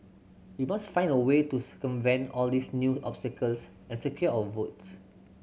we must find a way to circumvent all these new obstacles and secure our votes